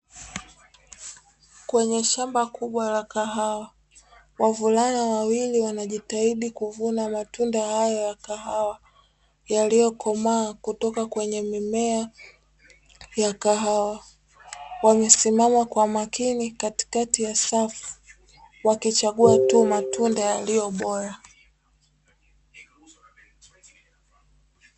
Kwenye shamba kubwa la kahawa wavulana wawili wanajitahidi kuvuna matunda haya ya kahawa, yaliyokomaa kutoka kwenye mimea ya kahawa. Wamesimama kwa makini katikati ya safu wakichagua tu matunda yaliyo bora.